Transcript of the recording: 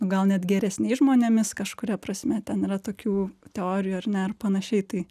gal net geresniais žmonėmis kažkuria prasme ten yra tokių teorijų ar ne ir panašiai tai